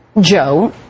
Joe